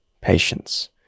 patience